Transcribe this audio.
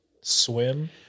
swim